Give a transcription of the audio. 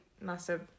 massive